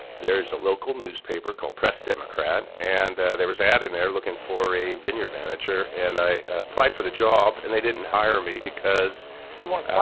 there's a local newspaper called press democrat and there was an ad in there looking for a vineyard manager and i applied for the job and they didn't hire me because you weren't